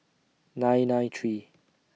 nine nine three